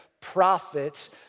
prophets